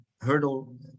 hurdle